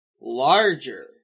larger